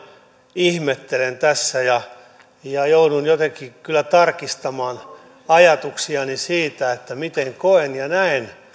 ihmettelen tässä joudun jotenkin kyllä tarkistamaan ajatuksiani siitä miten koen ja näen